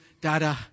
dada